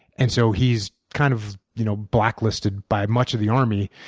and so he's kind of you know blacklisted by much of the army.